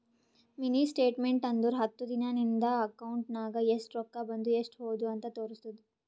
mini statement ಅಂದುರ್ ಹತ್ತು ದಿನಾ ನಿಂದ ಅಕೌಂಟ್ ನಾಗ್ ಎಸ್ಟ್ ರೊಕ್ಕಾ ಬಂದು ಎಸ್ಟ್ ಹೋದು ಅಂತ್ ತೋರುಸ್ತುದ್